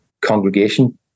congregation